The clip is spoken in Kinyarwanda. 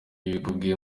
bikubiye